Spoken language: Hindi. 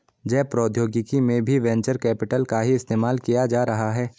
जैव प्रौद्योगिकी में भी वेंचर कैपिटल का ही इस्तेमाल किया जा रहा है